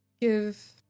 Give